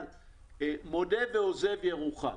אבל מודה ועוזב ירוחם.